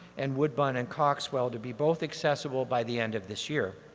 and woodbine and coxwell to be both accessible by the end of this year.